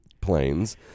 planes